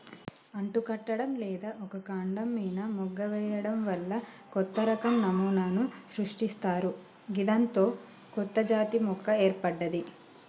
అంటుకట్టడం లేదా ఒక కాండం మీన మొగ్గ వేయడం వల్ల కొత్తరకం నమూనాను సృష్టిస్తరు గిదాంతో కొత్తజాతి మొక్క ఏర్పడ్తది